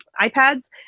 iPads